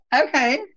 Okay